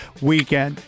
weekend